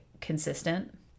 consistent